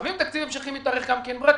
לפעמים תקציב המשכי מתארך גם כי אין בררה,